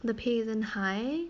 the pays isn't high